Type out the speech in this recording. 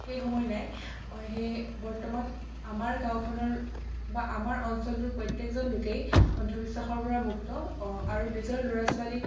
সেই সময় নাই সেই বৰ্তমান আমাৰ গাঁওখনৰ বা আমাৰ অঞ্চলটোৰ প্ৰত্যেকজন লোকেই অন্ধবিশ্বাসৰ পৰা মুক্ত আৰু নিজৰ ল'ৰা ছোৱালীক